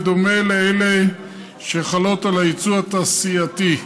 בדומה לאלה שחלות על הייצוא התעשייתי.